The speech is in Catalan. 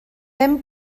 hem